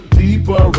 deeper